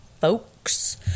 folks